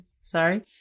Sorry